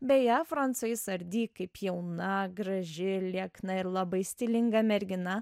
beje francoiz ardi kaip jauna graži liekna ir labai stilinga mergina